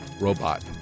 robot